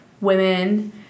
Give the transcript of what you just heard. women